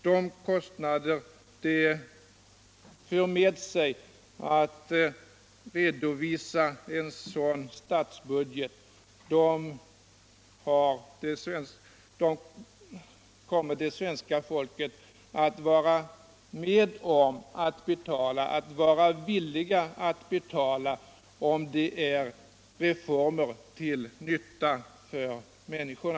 De kostnader som en sådan statsbudget för med sig tror jag det svenska folket kommer att vara villigt att betala om det gäller reformer ull nyta för människorna.